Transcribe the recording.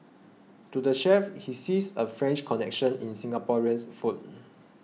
to the chef he sees a French connection in Singaporeans food